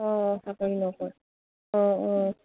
অঁ চাকৰি নকৰে অঁ অঁ